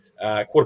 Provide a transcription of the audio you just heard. Quarter